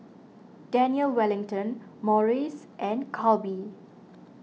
Daniel Wellington Morries and Calbee